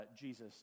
Jesus